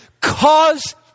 cause